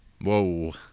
Whoa